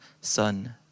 Son